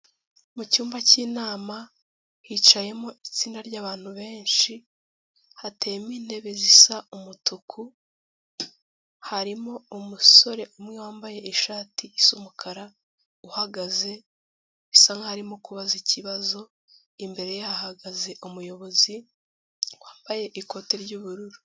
Mu cyumba cy'inama hicayemo itsinda ry'abantu benshi, hateyemo intebe zisa umutuku, harimo umusore umwe wambaye ishati isa umukara uhagaze bisa nk'aho arimo kubaza ikibazo, imbere ye hahagaze umuyobozi wambaye ikote ry'ubururu.